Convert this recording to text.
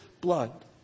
blood